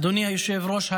אדוני היושב-ראש,